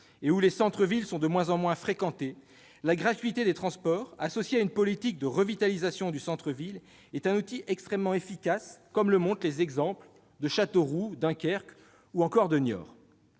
et dont les centres-villes sont de moins en moins fréquentés, la gratuité des transports, associée à une politique de revitalisation des centres-villes, est un outil extrêmement efficace, comme le prouvent les exemples de Châteauroux, de Dunkerque ou de Niort.